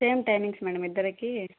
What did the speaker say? same timings madam ఇద్దరికీ